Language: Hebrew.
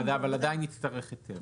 והוא עדיין יצטרך היתר.